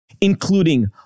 including